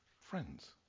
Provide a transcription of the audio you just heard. friends